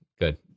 good